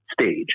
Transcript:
stage